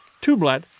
Tublat